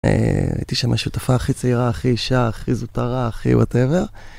הייתי שם השותפה הכי צעירה, הכי אישה, הכי זוטרה, הכי וואטאבר.